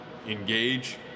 engage